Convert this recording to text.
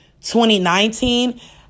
2019